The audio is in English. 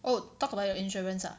oh talk about your insurance ah